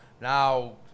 Now